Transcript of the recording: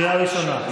קריאה ראשונה.